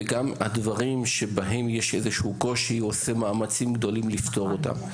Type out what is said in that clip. וגם הדברים שיש בהם איזשהו קושי הוא עושה מאמצים גדולים לפתור אותם.